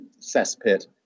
cesspit